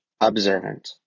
observant